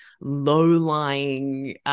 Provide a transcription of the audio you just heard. low-lying